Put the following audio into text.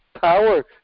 power